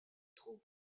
trop